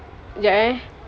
jap eh